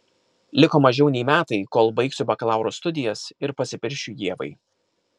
liko mažiau nei metai kol baigsiu bakalauro studijas ir pasipiršiu ievai